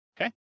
Okay